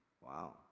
Wow